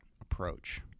approach